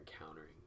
encountering